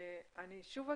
אני אומר שוב,